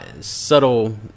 subtle